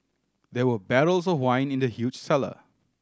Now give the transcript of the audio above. there were barrels of wine in the huge cellar